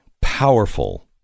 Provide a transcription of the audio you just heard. Powerful